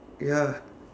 ya